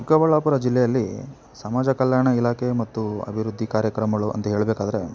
ಚಿಕ್ಕಬಳ್ಳಾಪುರ ಜಿಲ್ಲೆಯಲ್ಲಿ ಸಮಾಜ ಕಲ್ಯಾಣ ಇಲಾಖೆ ಮತ್ತು ಅಭಿವೃದ್ಧಿ ಕಾರ್ಯಕ್ರಮಗಳು ಅಂತ ಹೇಳ್ಬೇಕಾದ್ರೆ